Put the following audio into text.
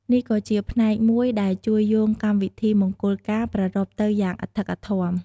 នេះក៏ជាផ្នែកមួយដែលជួយយោងកម្មវិធីមង្គលការប្រារព្ធទៅយ៉ាងអធិកអធម។